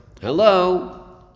Hello